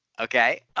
Okay